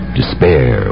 despair